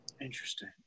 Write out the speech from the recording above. Interesting